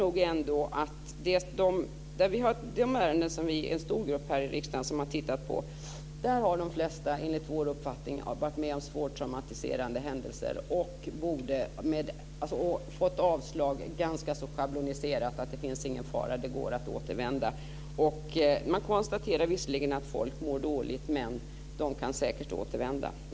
I de ärenden som vi i en stor grupp här i riksdagen har tittat på har de flesta enligt vår uppfattning varit med om svårt traumatiserande händelser och fått avslag ganska så schabloniserat - det finns ingen fara, det går att återvända. Man konstaterar visserligen att folk mår dåligt, men att de säkert kan återvända.